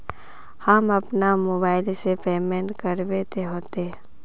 हम अपना मोबाईल से पेमेंट करबे ते होते?